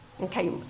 okay